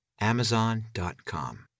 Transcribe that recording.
Amazon.com